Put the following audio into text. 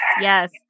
yes